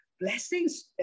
Blessings